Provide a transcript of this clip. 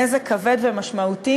נזק כבד ומשמעותי,